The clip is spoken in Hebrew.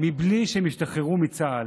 מבלי שהם השתחררו מצה"ל.